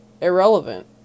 irrelevant